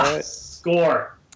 Score